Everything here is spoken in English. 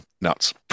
nuts